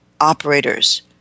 operators